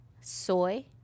soy